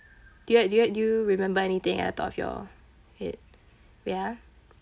do you do you do you remember anything at the top of your head ya